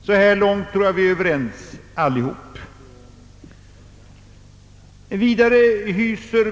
Så långt tror jag vi alla är överens.